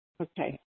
Okay